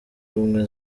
ubumwe